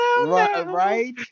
Right